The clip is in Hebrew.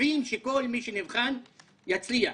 מקווים שכל מי שנבחן יצליח,